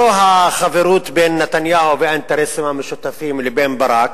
לא החברות בין נתניהו והאינטרסים המשותפים עם ברק,